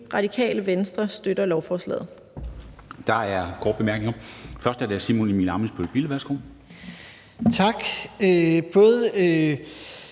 Radikale Venstre støtter lovforslaget.